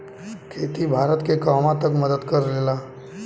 खेती भारत के कहवा तक मदत करे ला?